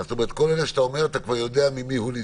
אתה אומר לי מה לשאול?